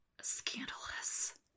Scandalous